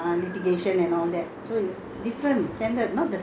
we got the prorate matters you must do convincing